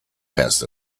passed